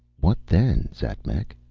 what then, xatmec?